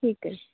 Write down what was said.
ਠੀਕ ਹੈ